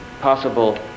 possible